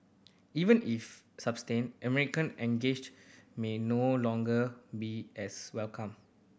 even if sustained American engage may no longer be as welcome